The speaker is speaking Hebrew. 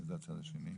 מי זה הצד השני.